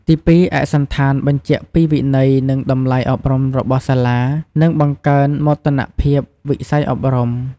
ទីពីរ ឯកសណ្ឋានបញ្ជាក់ពីវិន័យនិងតម្លៃអប់រំរបស់សាលា និងបង្កើនមោទនភាពវិស័យអប់រំ។